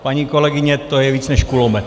Paní kolegyně, to je víc než kulomet.